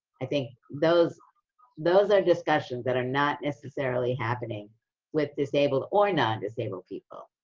i think those those are discussions that are not necessarily happening with disabled or nondisabled people.